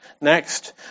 Next